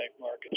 market